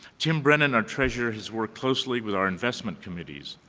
tim brennan, our treasurer, has worked closely with our investment committees.